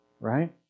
right